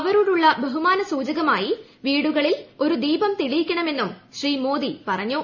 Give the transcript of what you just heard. അവരോടുള്ള ബഹുമാനസൂചകമായി വീടുകളിൽ ഒരു ദീപം തെളിയിക്കണമെന്നും ശ്രീ മോദി പറഞ്ഞു